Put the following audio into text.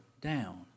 down